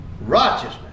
righteousness